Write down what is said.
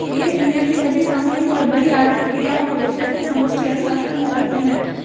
देश दुनिया की सभी सामूहिक और बड़ी आर्थिक क्रियाओं का विश्लेषण समष्टि अर्थशास्त्र में करते हैं